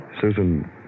Susan